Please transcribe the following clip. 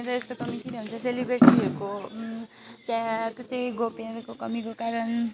यहाँ चाहिँ यस्तो कमी किन हुन्छ सेलिब्रेटीहरूको त्यहाँ अर्को चाहिँ गोपनीयताको कमीको कारण